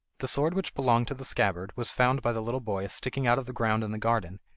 the sword which belonged to the scabbard was found by the little boy sticking out of the ground in the garden,